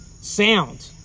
sound